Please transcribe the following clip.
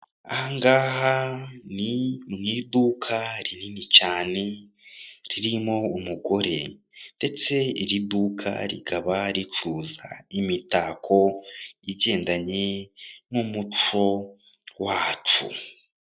Aha ngaha ni mu iduka rinini cyane ririmo umugore ndetse iri duka rikaba ricuza imitako igendanye n'umuco wacu.